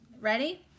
ready